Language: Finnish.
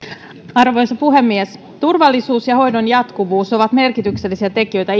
arvoisa puhemies turvallisuus ja hoidon jatkuvuus ovat merkityksellisiä tekijöitä